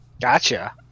Gotcha